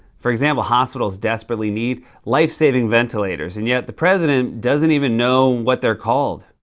for example, hospitals desperately need life-saving ventilators. and yet the president doesn't even know what they're called.